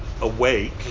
awake